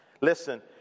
Listen